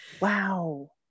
wow